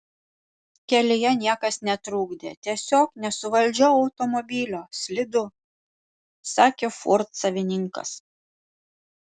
kelyje niekas netrukdė tiesiog nesuvaldžiau automobilio slidu sakė ford savininkas